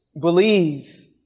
believe